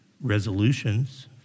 resolutions